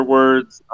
Words